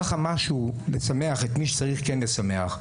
ככה, משהו לשמח את מי שצריך כן לשמח.